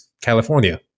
California